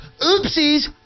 Oopsies